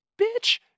bitch